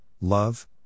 love